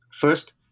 First